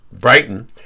Brighton